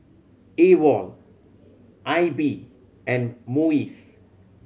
aWOL I B and MUIS